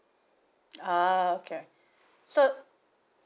ah okay so